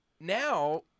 now